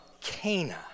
Cana